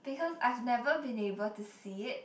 because I've never been able to see it